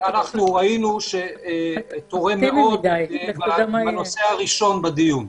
אנחנו ראינו שפיקוח זה תורם מאוד גם בנושא הראשון של הדיון.